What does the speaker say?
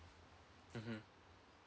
mmhmm